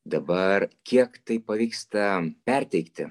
dabar kiek tai pavyksta perteikti